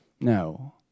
No